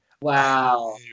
Wow